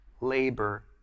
labor